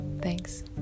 thanks